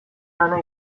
lana